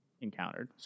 encountered